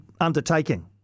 undertaking